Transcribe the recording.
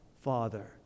Father